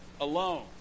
alone